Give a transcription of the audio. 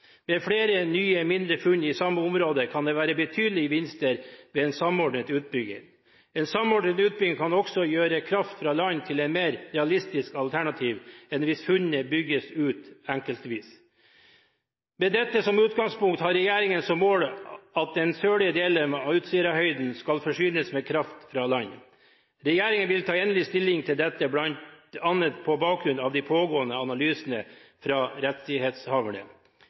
flere nye, mindre funn i samme området kan det være betydelige gevinster ved en samordnet utbygging. En samordnet utbygging kan også gjøre kraft fra land til et mer realistisk alternativ enn hvis funnene bygges ut enkeltvis. Med dette som utgangspunkt har regjeringen som mål at den sørlige delen av Utsirahøyden skal forsynes med kraft fra land. Regjeringen vil ta endelig stilling til dette bl.a. på bakgrunn av de pågående analysene fra rettighetshaverne.